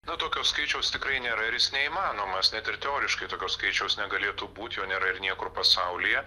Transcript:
na tokio skaičiaus tikrai nėra ir jis neįmanomas net ir teoriškai tokio skaičiaus negalėtų būti jo nėra ir niekur pasaulyje